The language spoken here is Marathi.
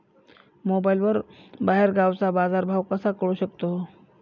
मोबाईलवर बाहेरगावचा बाजारभाव कसा कळू शकतो?